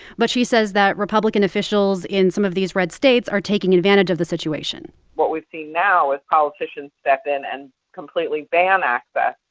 but she says that republican officials in some of these red states are taking advantage of the situation what we're seeing now is politicians step in and completely ban access,